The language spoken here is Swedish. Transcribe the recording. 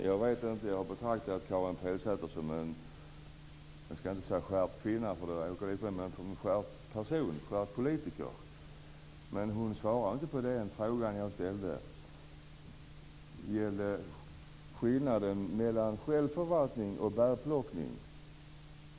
Herr talman! Jag har betraktat Karin Pilsäter som en - jag skall inte säga skärpt kvinna, men en skärpt person, en skärpt politiker. Men hon svarar inte på den fråga jag ställde. Det gällde skillnaden mellan självförvaltning och bärplockning.